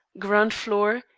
ground floor,